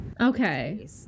Okay